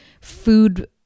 food